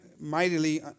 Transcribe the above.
mightily